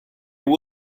were